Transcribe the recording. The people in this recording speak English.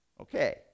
Okay